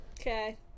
Okay